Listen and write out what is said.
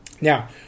now